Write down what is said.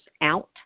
out